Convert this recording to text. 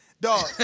Dog